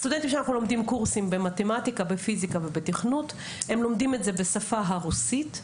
סטודנטים שלומדים מתמטיקה פיזיקה ותכנות לומדים את זה בשפה הרוסית,